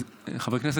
חבר כנסת,